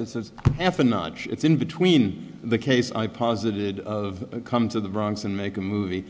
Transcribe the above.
it's a half a notch it's in between the case i posited of come to the bronx and make a movie